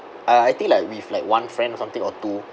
uh I think like with like one friend or something or two